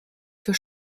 für